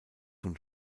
von